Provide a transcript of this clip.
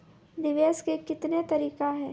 निवेश के कितने तरीका हैं?